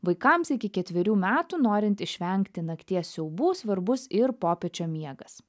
vaikams iki ketverių metų norint išvengti nakties siaubų svarbus ir popiečio miegas